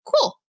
cool